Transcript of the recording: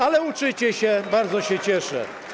Ale uczycie się, bardzo się cieszę.